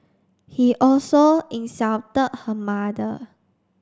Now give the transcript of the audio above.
he also insulted her mother